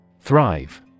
Thrive